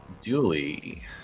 Dooley